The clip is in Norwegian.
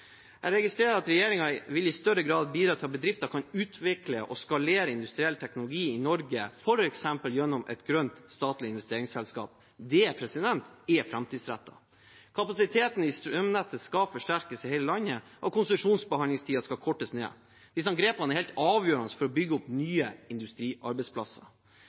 Jeg registrerer at regjeringen i større grad vil bidra til at bedrifter kan utvikle og skalere industriell teknologi i Norge, f.eks. gjennom et grønt statlig investeringsselskap. Det er framtidsrettet. Kapasiteten i strømnettet skal forsterkes i hele landet, og konsesjonsbehandlingstiden skal kortes ned. Disse grepene er helt avgjørende for å bygge opp nye industriarbeidsplasser.